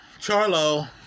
Charlo